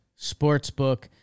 Sportsbook